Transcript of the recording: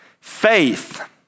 faith